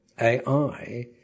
AI